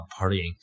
partying